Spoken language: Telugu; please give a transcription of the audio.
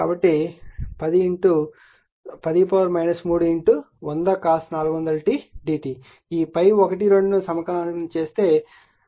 కాబట్టి 10 3 dt ఈ ∅12 ను సమాకలనం చేస్తే ఆ విలువ 0